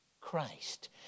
Christ